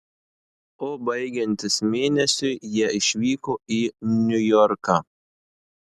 o baigiantis mėnesiui jie išvyko į niujorką